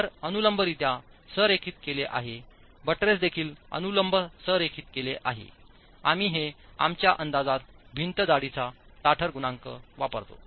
pier अनुलंबरित्या संरेखित केले आहे बट्रेस देखील अनुलंब संरेखित केले आहेआम्ही हे आमच्या अंदाजात भिंत जाडीचा ताठर गुणांक वापरतो